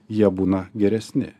jie būna geresni